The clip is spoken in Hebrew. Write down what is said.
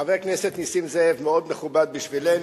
חבר הכנסת נסים זאב מאוד מכובד בשבילנו,